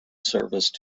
service